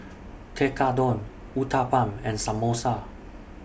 Tekkadon Uthapam and Samosa